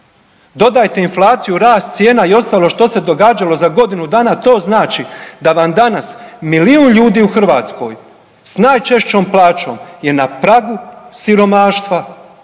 Dodajte inflaciju, rast cijena i ostalo što se događalo za godinu dana, to znači da vam danas milijun ljudi u Hrvatskoj s najčešćom plaćom je na pragu siromaštva,